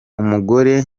umugore